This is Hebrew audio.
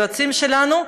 היועצים שלנו,